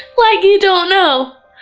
like you don't know!